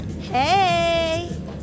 Hey